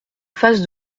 face